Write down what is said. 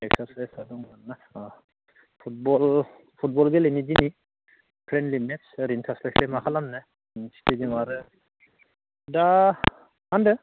इगसारसाइसआव दंमोन ना अह फुटबल फुटबल गेलेनि दिनै फ्रेन्डलि मेथ्स ओरैनो थास्लाय स्लाय मा खालामनो स्टुडियामआव आरो दा मा होनदों